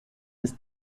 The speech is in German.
ist